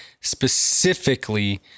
specifically